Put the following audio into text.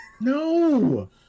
No